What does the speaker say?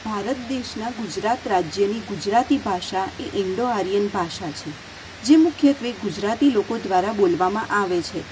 ભારત દેશના ગુજરાત રાજ્યની ગુજરાતી ભાષા એ ઇન્ડો આર્યન ભાષા છે જે મુખ્યત્વે ગુજરાતી લોકો દ્વારા બોલવામાં આવે છે